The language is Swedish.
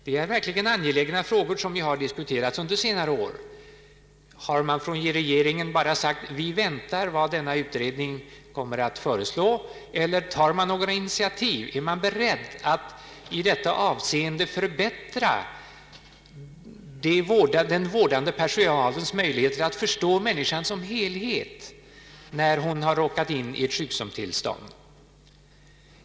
Detta är verkligen angelägna frågor som vi har diskuterat under senare år. Har man från regeringshåll bara uttalat att man väntar på vad denna utredning kommer att föreslå eller tar man några initiativ? är man beredd att i detta avseende förbättra den vårdande personalens möjligheter att förstå människan som helhet när hon har råkat in i ett sjukdomstillstånd?